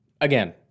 again